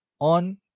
on